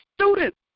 students